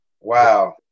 Wow